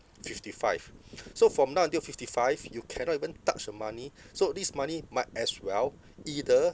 fifty five so from now until fifty five you cannot even touch the money so this money might as well either